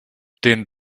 den